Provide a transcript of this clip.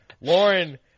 Lauren